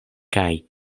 kaj